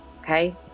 okay